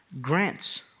grants